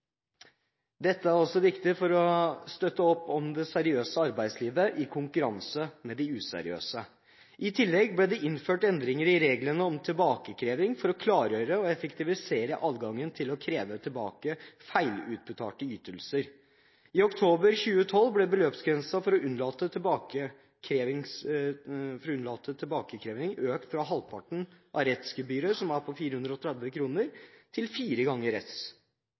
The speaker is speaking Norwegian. arbeidslivet i konkurranse med de useriøse. I tillegg ble det innført endringer i reglene om tilbakekreving for å klargjøre og effektivisere adgangen til å kreve tilbake feilutbetalte ytelser. I oktober 2012 ble beløpsgrensen for å unnlate tilbakekreving økt fra halvparten av rettsgebyret, som er på 430 kr, til fire ganger